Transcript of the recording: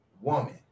woman